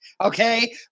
Okay